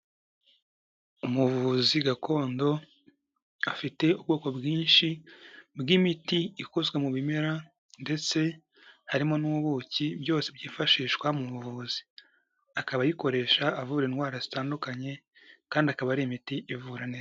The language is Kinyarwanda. Umuvuzi gakondo afite ubwoko bwinshi bw'imiti ikozwe mu bimera ndetse harimo n'ubuki, byose byifashishwa mu buvuzi. Akaba ayikoresha avura indwara zitandukanye kandi akaba ari imiti ivura neza.